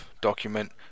document